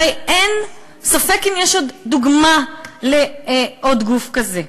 הרי ספק אם יש עוד דוגמה לעוד גוף כזה,